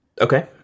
Okay